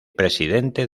presidente